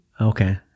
Okay